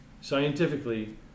scientifically